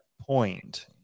point